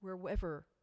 wherever